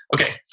okay